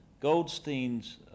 Goldstein's